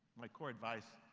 my core advice,